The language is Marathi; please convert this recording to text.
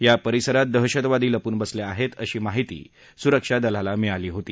या परिसरात दहशतवादी लपून बसले आहेत अशी माहिती सुरक्षा दलाला मिळाली होती